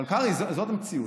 אבל קרעי, זאת המציאות.